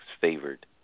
favored